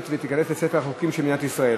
ותיכנס לספר החוקים של מדינת ישראל.